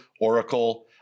Oracle